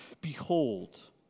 behold